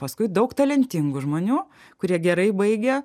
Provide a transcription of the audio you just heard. paskui daug talentingų žmonių kurie gerai baigę